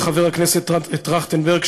חבר הכנסת טרכטנברג,